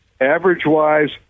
Average-wise